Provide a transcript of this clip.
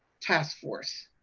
task force?